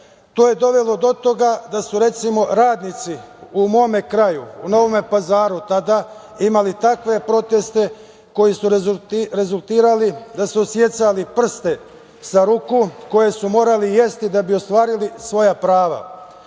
To je dovelo do toga da su, recimo, radnici u mome kraju, u Novome Pazaru, imali takve proteste koji su rezultirali da su odsecali prste sa ruku koje su morali jesti, da bi ostvarili svoja prava.